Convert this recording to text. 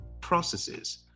processes